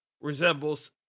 resembles